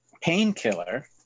Painkiller